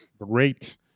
great